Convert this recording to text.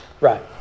Right